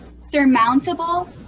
surmountable